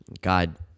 God